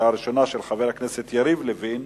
של חבר הכנסת יריב לוין,